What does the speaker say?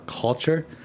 culture